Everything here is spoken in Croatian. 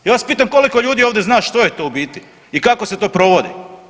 Ja vas pitam koliko ljudi ovdje zna što je to u biti i kako se to provodi?